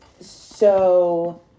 so-